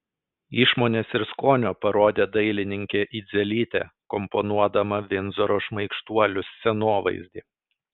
išmonės ir skonio parodė dailininkė idzelytė komponuodama vindzoro šmaikštuolių scenovaizdį